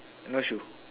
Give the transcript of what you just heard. no shoe